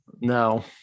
No